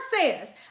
says